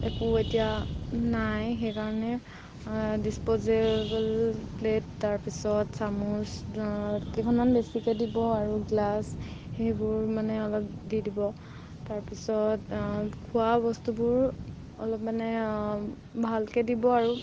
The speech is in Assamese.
একো এতিয়া নাই সেইকাৰণে ডিচপজেবল প্লেট তাৰ পিছত চামুচ কেইখনমান বেছিকৈ দিব আৰু গ্লাছ সেইবোৰ মানে অলপ দি দিব তাৰ পিছত খোৱা বস্তুবোৰ অলপ মানে ভালকৈ দিব আৰু